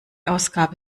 ausgabe